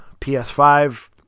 PS5